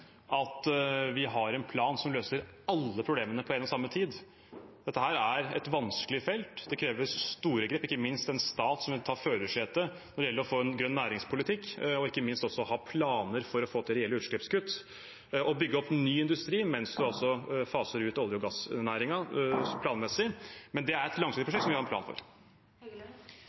at vi har en plan som løser alle problemene på en og samme tid. Dette er et vanskelig felt der det kreves store grep, ikke minst en stat som vil være i førersetet når det gjelder å få en grønn næringspolitikk, og ikke minst også ha planer for å få til reelle utslippskutt og bygge opp ny industri mens man faser ut olje- og gassnæringen planmessig. Det er et langsiktig prosjekt som vi har en plan